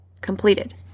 completed